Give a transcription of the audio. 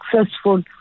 successful